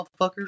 motherfuckers